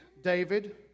David